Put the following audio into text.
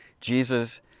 Jesus